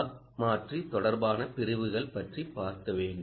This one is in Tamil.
பக் மாற்றி தொடர்பான பிரிவுகள் பற்றி பார்க்க வேண்டும்